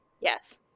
Yes